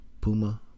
Puma